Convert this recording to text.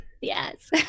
Yes